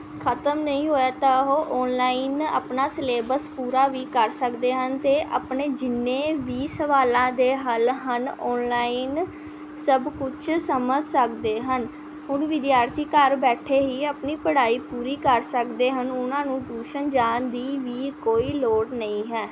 ਖ਼ਤਮ ਨਹੀਂ ਹੋਇਆ ਤਾਂ ਉਹ ਔਨਲਾਈਨ ਆਪਣਾ ਸਿਲੇਬਸ ਪੂਰਾ ਵੀ ਕਰ ਸਕਦੇ ਹਨ ਅਤੇ ਆਪਣੇ ਜਿੰਨੇ ਵੀ ਸਵਾਲਾਂ ਦੇ ਹੱਲ ਹਨ ਔਨਲਾਈਨ ਸਭ ਕੁਝ ਸਮਝ ਸਕਦੇ ਹਨ ਹੁਣ ਵਿਦਿਆਰਥੀ ਘਰ ਬੈਠੇ ਹੀ ਆਪਣੀ ਪੜ੍ਹਾਈ ਪੂਰੀ ਕਰ ਸਕਦੇ ਹਨ ਉਹਨਾਂ ਨੂੰ ਟਿਊਸ਼ਨ ਜਾਣ ਦੀ ਵੀ ਕੋਈ ਲੋੜ ਨਹੀਂ ਹੈ